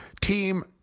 Team